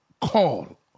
call